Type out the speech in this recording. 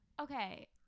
okay